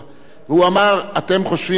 והוא אמר: אתם חושבים שאתם